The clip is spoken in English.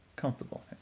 Comfortable